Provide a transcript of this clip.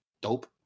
dope